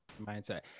Mindset